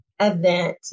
event